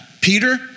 Peter